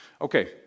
Okay